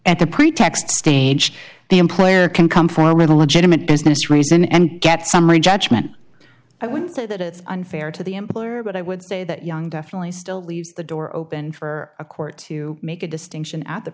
the pretext stage the employer can come forward with a legitimate business reason and get summary judgment i would say that it's unfair to the employer but i would say that young definitely still leaves the door open for a court to make a distinction at the